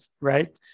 right